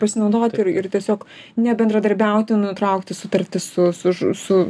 pasinaudot ir ir tiesiog nebendradarbiauti nutraukti sutartį su su ž su